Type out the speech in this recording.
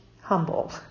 humble